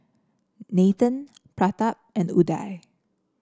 Nathan Pratap and Udai